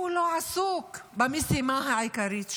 לא עסוק במשימה העיקרית שלו,